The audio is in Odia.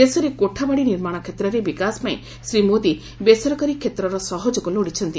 ଦେଶରେ କୋଠାବାଡି ନିର୍ମାଣ କ୍ଷେତ୍ରର ବିକାଶ ପାଇଁ ଶ୍ରୀ ମୋଦି ବେସରକାରୀ କ୍ଷେତ୍ରର ସହଯୋଗ ଲୋଡିଛନ୍ତି